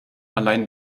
allein